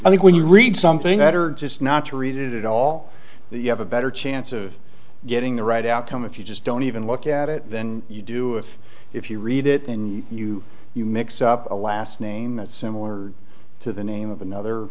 i think when you read something that are just not to read it all you have a better chance of getting the right outcome if you just don't even look at it than you do it if you read it in you you mix up a last name that's similar to the name of another